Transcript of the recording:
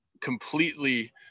completely